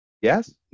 Yes